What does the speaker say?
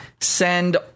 send